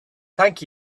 thank